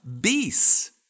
beasts